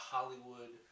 Hollywood